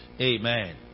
Amen